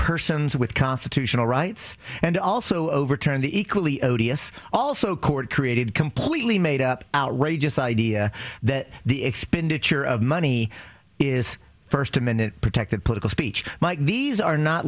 persons with constitutional rights and also overturned the equally odious also court created completely made up outrageous idea that the expenditure of money is first amendment protected political speech mike these are not